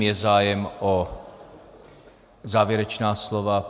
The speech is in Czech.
Je zájem o závěrečná slova?